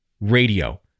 radio